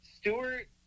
Stewart